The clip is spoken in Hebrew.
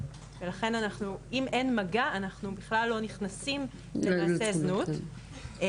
ולכן אם אין מגע אנחנו בכלל לא נכנסים למעשה זנות,